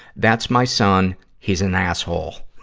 that's my son. he's an asshole.